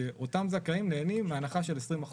שאותם זכאים נהנים מהנחה של 20%,